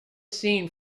seen